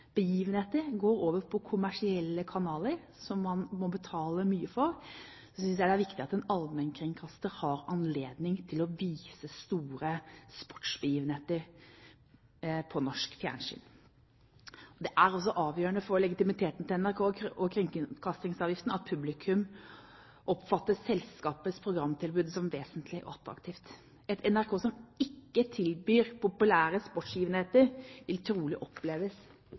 sportsbegivenheter går over til kommersielle kanaler, som man må betale mye for, synes jeg det er viktig at en allmennkringkaster har anledning til å vise store sportsbegivenheter på norsk fjernsyn. Det er avgjørende for legitimiteten til NRK og kringkastingsavgiften at publikum oppfatter selskapets programtilbud som vesentlig og attraktivt. Et NRK som ikke tilbyr populære sportsbegivenheter, vil trolig oppleves